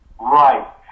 Right